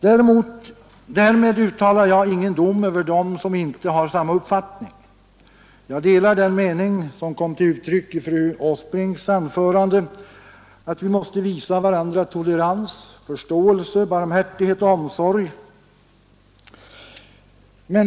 Däremot uttalar jag ingen dom över dem som inte har samma uppfattning. Jag delar den mening som kom till uttryck i fru Åsbrinks anförande att vi måste visa tolerans, förståelse, barmhärtighet och omsorg.